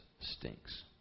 stinks